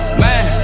man